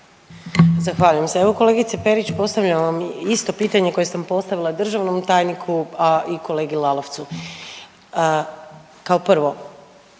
Zahvaljujem se. Evo kolegice Perić postavljam vam isto pitanje koje sam postavila državnom tajniku, a i kolegi Lalovcu. Kao prvo,